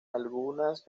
algunas